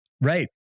Right